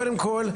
קודם כול,